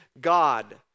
God